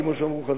כמו שאמרו.